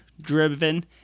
Driven